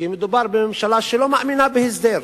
כי מדובר בממשלה שלא מאמינה בהסדר.